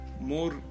more